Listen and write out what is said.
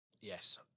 Yes